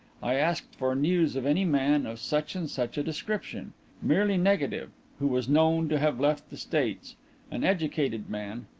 i asked for news of any man of such and such a description merely negative who was known to have left the states an educated man,